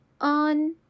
on